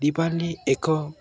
ଦିୱାଲୀ ଏକ